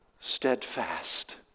Steadfast